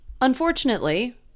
Unfortunately